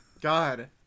God